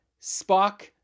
Spock